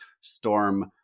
Storm